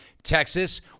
Texas